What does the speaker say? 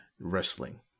wrestling